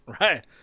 Right